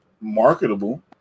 marketable